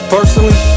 Personally